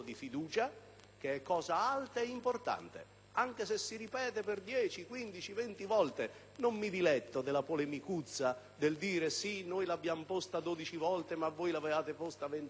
che è cosa alta e importante, anche se si ripete per 10, 15, 20 volte. Non mi diletto della polemicuzza del dire sì; noi l'abbiamo posta 12 volte, ma voi l'avevate posta 24.